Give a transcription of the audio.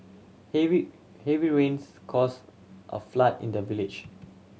heavy heavy rains cause a flood in the village